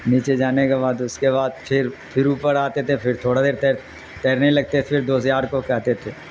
نیچے جانے کے بعد اس کے بعد پھر پھر اوپر آتے تھے پھر تھوڑا دیر تیر تیرنے لگتے تھے پھر دوز یار کو کہتے تھے